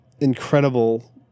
incredible